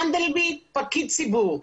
מנדלבליט הוא פקיד ציבור.